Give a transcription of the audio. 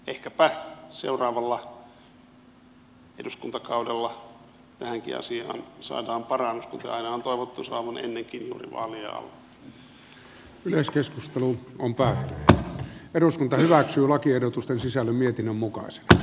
ehkäpä seuraavalla eduskuntakaudella tähänkin asiaan saadaan parannus kuten aina ennenkin on päää eduskunta hyväksyy lakiehdotusten sisällön mietinnön mukaisesti